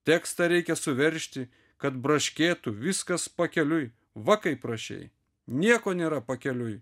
tekstą reikia suveržti kad braškėtų viskas pakeliui va kaip rašei nieko nėra pakeliui